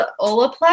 olaplex